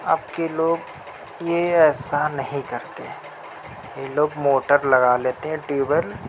اب کے لوگ یہ ایسا نہیں کرتے یہ لوگ موٹر لگا لیتے ہیں ٹیوب ویل